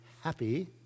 happy